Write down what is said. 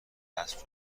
اسب